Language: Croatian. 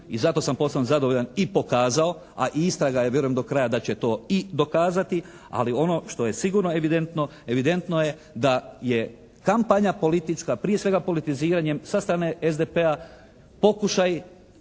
se ne razumije./ … zadovoljan i pokazao, a i istraga je ja vjerujem da će to i dokazati. Ali ono što je sigurno evidentno, evidentno je da je kampanja politička prije svega politiziranjem sa strane SDP-a pokušaj